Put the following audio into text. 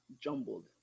jumbled